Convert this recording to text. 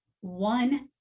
one